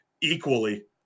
equally